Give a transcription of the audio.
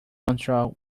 control